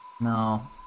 No